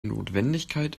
notwendigkeit